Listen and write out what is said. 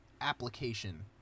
application